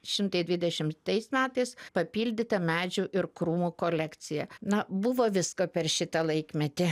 šimtai dvidešimtais metais papildyta medžių ir krūmų kolekcija na buvo visko per šitą laikmetį